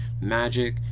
Magic